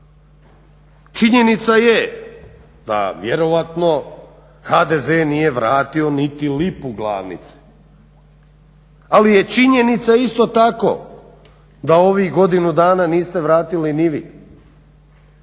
Činjenica je da vjerojatno HDZ nije vratio niti lipu glavnice, ali je činjenica isto tako u ovih godinu dana niste vratili ni vi